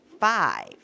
five